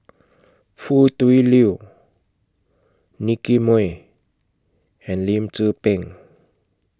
Foo Tui Liew Nicky Moey and Lim Tze Peng